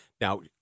Now